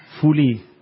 fully